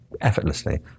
effortlessly